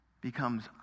becomes